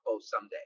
someday